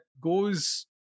goes